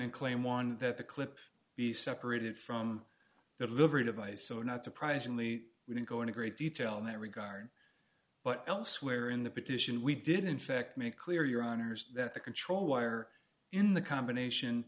in claim one that the clip be separated from the livery device so not surprisingly we didn't go into great detail in that regard but elsewhere in the petition we did in fact make clear your honour's that the control wire in the combination